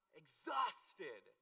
exhausted